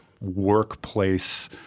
workplace